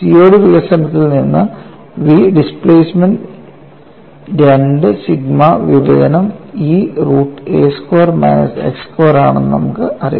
COD വികസനത്തിൽ നിന്ന് v displacement 2 sigma വിഭജനം E root a square minus x square ആണെന്ന് നമുക്കറിയാം